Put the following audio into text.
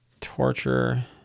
torture